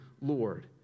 Lord